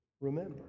Remember